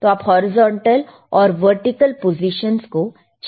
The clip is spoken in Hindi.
तो आप हॉरिजॉन्टल और वर्टिकल पोजीशंस को चेंज कर सकते हैं